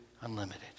unlimited